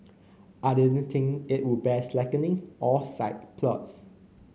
I didn't think it would bear slackening or side plots